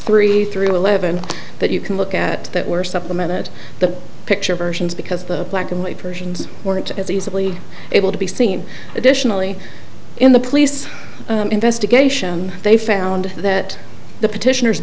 three through eleven that you can look at that were supplemented the picture versions because the black and white persians weren't as easily able to be seen additionally in the police investigation they found that the petitioner